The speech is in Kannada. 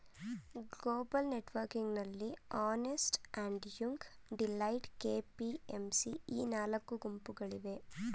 ಗ್ಲೋಬಲ್ ನೆಟ್ವರ್ಕಿಂಗ್ನಲ್ಲಿ Ernst and Young, Deloitte, KPMG ಈ ನಾಲ್ಕು ಗುಂಪುಗಳಿವೆ